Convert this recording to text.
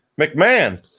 McMahon